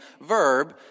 verb